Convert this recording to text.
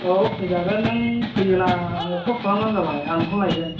औ फैजागोन नों फैयोब्ला आंनाव कल खालामब्लानो जाबाय आं नोंखौ लायगोन